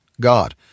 God